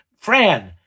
Fran